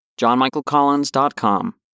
johnmichaelcollins.com